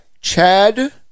Chad